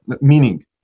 Meaning